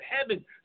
heaven